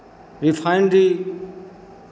refinery